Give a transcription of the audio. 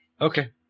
Okay